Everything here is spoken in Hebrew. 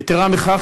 יתרה מכך,